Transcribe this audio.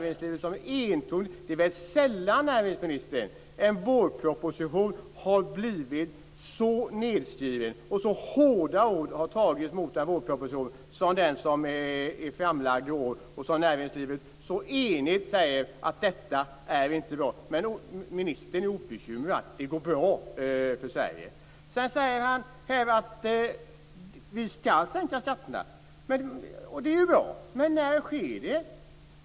Det är sällan en vårproposition har blivit så nedskriven som den i år, och så hårda ord fällts. Näringslivet har enigt sagt att den inte är bra. Men ministern är obekymrad. Det går bra för Sverige. Ministern säger här att vi skall sänka skatterna. Det är bra. Men när sker det?